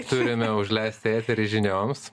turime užleisti eterį žinioms